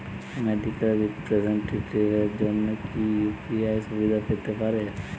Medical রিপ্রেজন্টেটিভদের জন্য কি ইউ.পি.আই সুবিধা পেতে পারে?